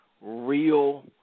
real